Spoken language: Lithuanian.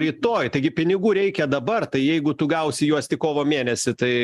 rytoj taigi pinigų reikia dabar tai jeigu tu gausi juos tik kovo mėnesį tai